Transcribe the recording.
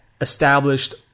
established